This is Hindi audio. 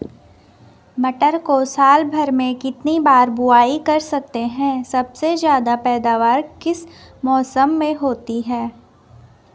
मटर को साल भर में कितनी बार बुआई कर सकते हैं सबसे ज़्यादा पैदावार किस मौसम में होती है?